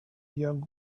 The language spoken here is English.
young